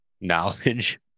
knowledge